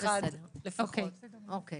או מי